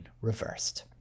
reversed